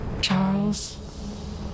Charles